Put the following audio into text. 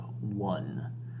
one